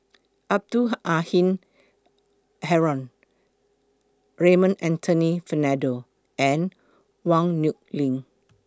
Abdul Halim Haron Raymond Anthony Fernando and Yong Nyuk Lin